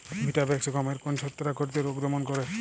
Vitavax গমের কোন ছত্রাক ঘটিত রোগ দমন করে?